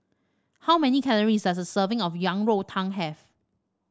how many calories does a serving of Yang Rou Tang have